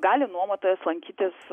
gali nuomotojas lankytis